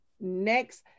Next